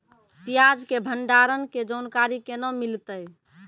प्याज के भंडारण के जानकारी केना मिलतै?